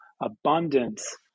abundance